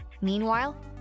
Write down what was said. Meanwhile